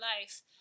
life